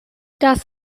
das